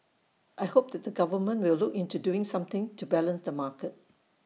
I hope that the government will look into doing something to balance the market